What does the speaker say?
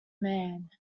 man